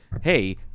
hey